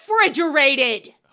refrigerated